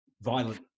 Violent